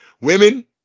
women